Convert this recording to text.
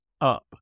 up